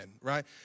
right